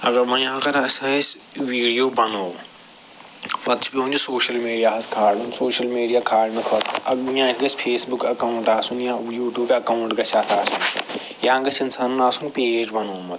اگر ونہِ اگر اَسہِ ٲسۍ ویٖڈیو بنوو پتہٕ چھِ پٮ۪وان یہِ سوشل میٖڈیاہس کھالُن سوشل میٖڈیا کھالنہٕ خٲطرٕ گَژھِ فیس بُک اٮ۪کاوُنٛٹ آسُن یا یوٗٹیوب اٮ۪کاوُنٛٹ گَژھِ اتھ آسُن یا گَژھِ اِنسانن آسُن پیج بنومُت